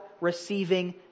receiving